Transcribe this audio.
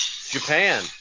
Japan